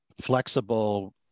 flexible